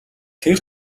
тэр